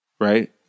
right